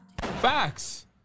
Facts